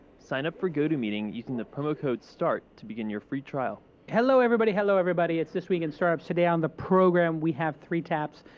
sign up for gotomeeting using the promo code start to begin your free trial. jason hello, everybody hello, everybody. it's this week in startups. today on the program we have three taps,